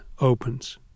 opens